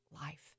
life